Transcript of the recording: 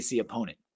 opponent